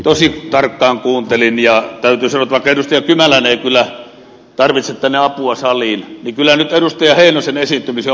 tosi tarkkaan kuuntelin ja täytyy sanoa että vaikka edustaja kymäläinen ei kyllä tarvitse apua tänne saliin niin kyllä nyt edustaja heinosen esiintymiseen on pakko puuttua